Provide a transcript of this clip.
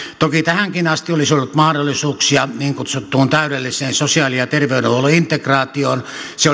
toki tähänkin asti olisi ollut mahdollisuuksia niin kutsuttuun täydelliseen sosiaali ja terveydenhuollon integraatioon se